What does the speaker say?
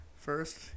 First